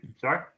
sorry